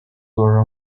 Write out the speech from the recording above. were